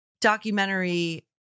documentary